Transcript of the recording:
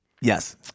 Yes